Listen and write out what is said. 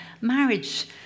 marriage